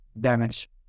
damage